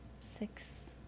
six